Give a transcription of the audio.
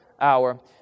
hour